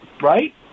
right